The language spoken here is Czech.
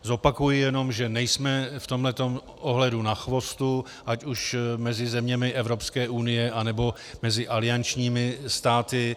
Zopakuji jenom, že nejsme v tomto ohledu na chvostu ať už mezi zeměmi Evropské unie, anebo mezi aliančními státy.